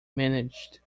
managed